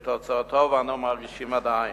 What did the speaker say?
שאת תוצאותיו אנו מרגישים עדיין.